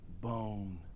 Bone